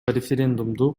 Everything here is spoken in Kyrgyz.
референдумду